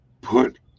put